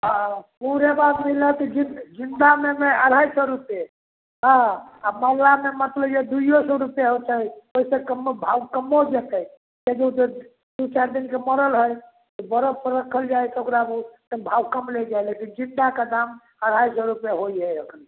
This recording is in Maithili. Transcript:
हँ ओ रेबा मिलनाइ तऽ जिन्दामे जे अढ़ाइ सओ रुपैए हँ आ मरलामे मतलब तऽ दुइओ सओ रुपैए हेतै ओहिसँ कमो भाव कमो जेतै दुइ चारि दिनके मरल हइ तऽ बरफपर रखल जाइ हइ तऽ ओकरा भाव कम लै जाइ हइ लेकिन जिन्दाके दाम अढ़ाइ सओ रुपैए होइ हइ एखन